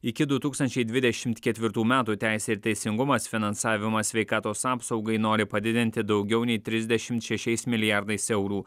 iki du tūkstančiai dvidešimt ketvirtų metų teisė ir teisingumas finansavimą sveikatos apsaugai nori padidinti daugiau nei trisdešimt šešiais milijardais eurų